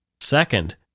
Second